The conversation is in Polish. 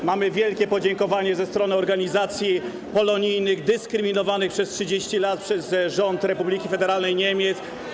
Dostaliśmy wielkie podziękowanie ze strony organizacji polonijnych dyskryminowanych przez 30 lat przez rząd Republiki Federalnej Niemiec.